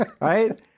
right